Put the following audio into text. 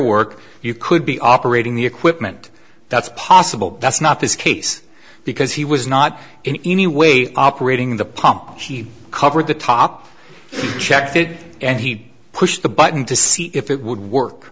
work you could be operating the equipment that's possible that's not this case because he was not in any way operating the pump he covered the top checked it and he pushed the button to see if it would work